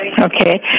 Okay